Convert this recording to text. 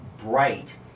bright